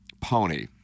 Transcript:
Pony